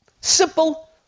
Simple